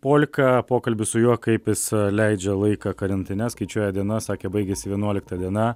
polka pokalbis su juo kaip jis leidžia laiką karantine skaičiuoja dienas sakė baigėsi vienuolikta diena